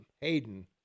Hayden